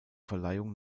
verleihung